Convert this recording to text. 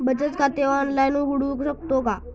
बचत खाते ऑनलाइन उघडू शकतो का?